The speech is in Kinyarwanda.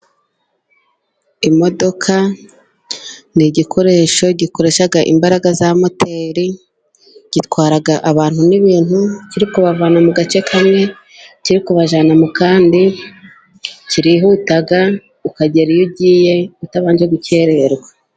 Imodoka ni igikoresho gikoresha imbaraga za moteri, gitwara abantu n'ibintu kiri kubavana mu gace kamwe kiri kubajyana mu kandi. Kirihuta ukagera iyo ugiye utabanje gukererwa.